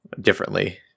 differently